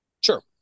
Sure